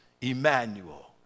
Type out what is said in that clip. Emmanuel